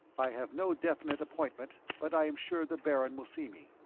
i have no definite appointment, but i am sure the baron will see me,